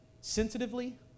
sensitively